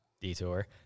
Detour